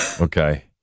Okay